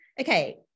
Okay